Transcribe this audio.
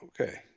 Okay